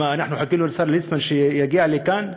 מה, חיכינו לשר ליצמן שיגיע לכאן?